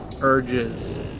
urges